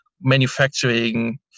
manufacturing